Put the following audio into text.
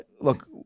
look